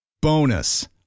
Bonus